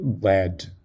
led